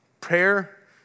Prayer